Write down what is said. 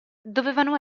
dovevano